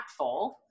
impactful